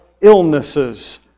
illnesses